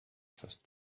first